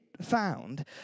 found